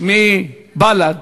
מבל"ד